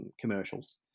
commercials